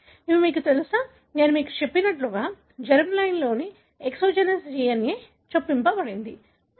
ఇవి మీకు తెలుసా నేను మీకు చెప్పినట్లుగా జెర్మ్ లైన్లో ఎక్సోజనస్ DNA చొప్పించబడింది